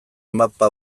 mapa